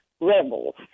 Rebels